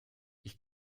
ich